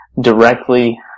directly